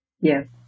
Yes